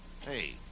Hey